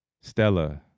Stella